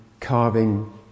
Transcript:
carving